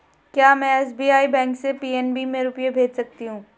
क्या में SBI bank से पी.एन.बी में रुपये भेज सकती हूँ?